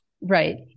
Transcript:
Right